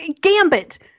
Gambit